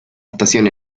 estación